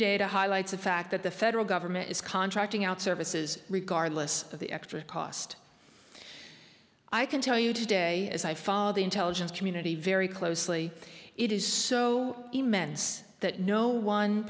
data highlights the fact that the federal government is contracting out services regardless of the extra cost i can tell you today as i follow the intelligence community very closely it is so immense that no one